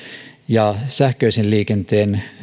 ja sähköisen liikenteen